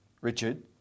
Richard